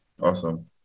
Awesome